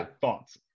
thoughts